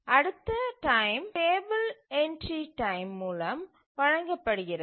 அடுத்த time table entry time மூலம் வழங்கப்படுகிறது